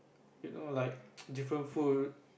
you know like different food